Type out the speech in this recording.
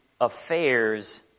affairs